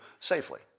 safely